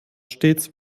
stets